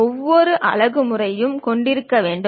ஒவ்வொரு அலகு முறையாகவும் கூடியிருக்க வேண்டும்